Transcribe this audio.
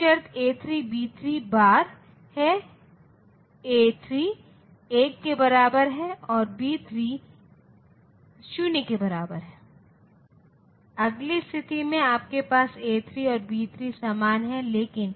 जबकि sequential circuit के मामले में आउटपुट सिस्टम की करंट स्टेट करंट स्टेटऔर इनपुट पर निर्भर करता है यह दोनों मात्राओं पर निर्भर करता है